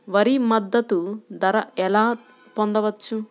వరి మద్దతు ధర ఎలా పొందవచ్చు?